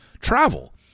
travel